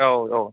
औ औ